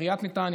בעיריית נתניה,